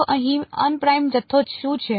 તો અહીં અન પ્રાઇમ જથ્થો શું છે